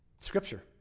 Scripture